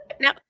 Now